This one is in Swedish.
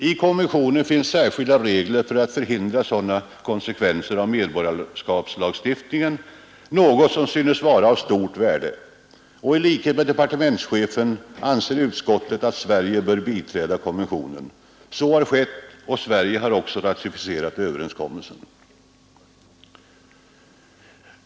I konventionen finns särskilda regler för att förhindra sådana konsekvenser av medborgarskapslagstiftningen något som synes vara av stort värde. I likhet med departementschefen anser utskottet att Sverige bör biträda konventionen. Så har skett och Sverige har ratificerat överenskommelsen.